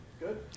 Good